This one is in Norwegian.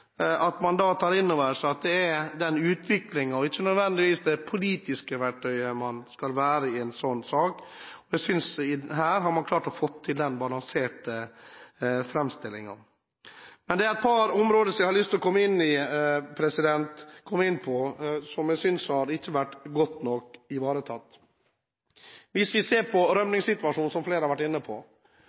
at man tar inn over seg at det er utviklingen og ikke nødvendigvis det politiske verktøyet som skal gjelde i en slik sak. Jeg synes man her har klart å få til en balansert framstilling. Det er et par områder som jeg har lyst til å komme inn på, og som jeg synes ikke har vært godt nok ivaretatt. La oss se på rømningssituasjonen, som flere har vært inne på.